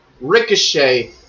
Ricochet